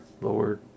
Lord